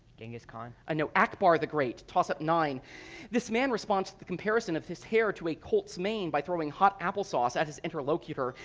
genghis khan. ah no, akbar the great. tossup nine this man responds to the comparison of his hair to a colt's mane by throwing hot applesauce at his interlocutor.